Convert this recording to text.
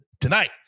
tonight